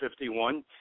51